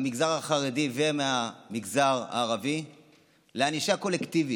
מהמגזר החרדי ומהמגזר הערבי לענישה קולקטיבית.